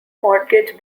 mortgage